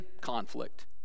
conflict